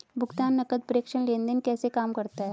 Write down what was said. भुगतान नकद प्रेषण लेनदेन कैसे काम करता है?